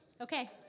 Okay